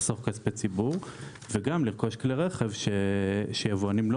לחסוך כספי ציבור וגם לרכוש כלי רכב שיבואנים לא